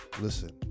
listen